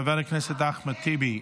חבר הכנסת אחמד טיבי,